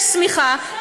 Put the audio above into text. יש שמיכה,